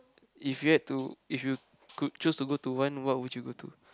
if you had to if you could choose to go to one what would you go to